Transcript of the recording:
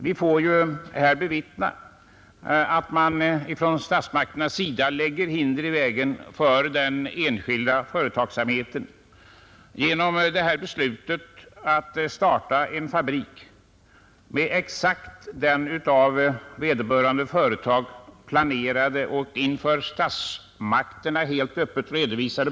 Vi får bevittna hur man från statsmakternas sida lägger hinder i vägen för den enskilda företagsamheten t.ex. genom beslutet att starta en fabrik med exakt samma plan som vederbörande företag uppgjort och inför statsmakterna helt öppet redovisat.